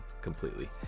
completely